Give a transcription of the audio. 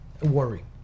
Worry